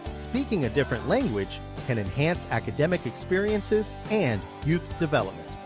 speaking a different language can enhance academic experiences and youth development.